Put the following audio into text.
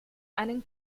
einen